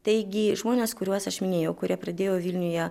taigi žmonės kuriuos aš minėjau kurie pradėjo vilniuje